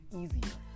easier